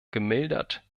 gemildert